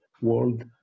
world